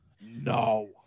No